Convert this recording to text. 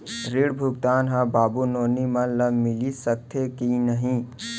ऋण भुगतान ह बाबू नोनी मन ला मिलिस सकथे की नहीं?